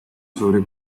sobre